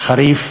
חריף